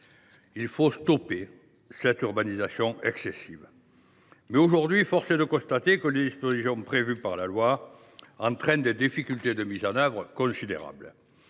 un coup d’arrêt à l’urbanisation excessive. Mais, aujourd’hui, force est de constater que les dispositions prévues par la loi entraînent des difficultés de mise en œuvre considérables.